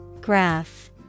Graph